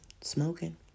smoking